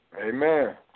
Amen